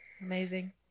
amazing